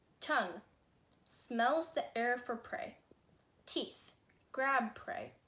tongue smells the air for prey teeth grab prey